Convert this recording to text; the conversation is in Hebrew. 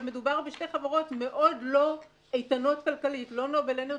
ומדובר בשתי חברות מאוד לא איתנות כלכלית לא "נובל אנרג'י",